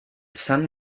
sun